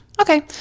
Okay